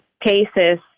cases